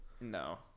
No